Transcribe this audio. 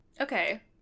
Okay